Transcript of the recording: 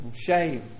shame